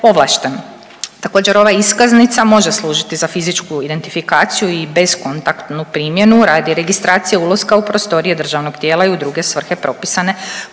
Također, ova iskaznica može služiti za fizičku identifikaciju i bezkontaktnu primjenu radi registracije ulaska u prostorije državnog tijela i u druge svrhe propisane posebnim